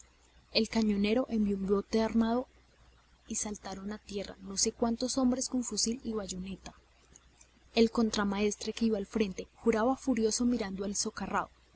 el cañonero envió un bote armado y saltaron a tierra no sé cuántos hombres con fusil y bayoneta el contramaestre que iba al frente juraba furioso mirando a